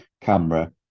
camera